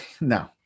No